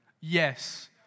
Yes